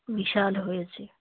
বিশাল হয়েছে